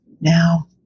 now